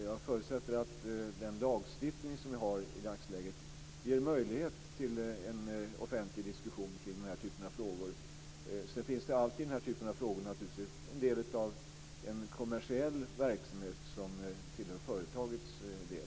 Jag förutsätter dock att den lagstiftning som vi har i dagsläget ger möjlighet till en offentlig diskussion kring den här typen av frågor. Det finns i den här typen av frågor naturligtvis alltid också ett inslag av kommersiell verksamhet för företagets del.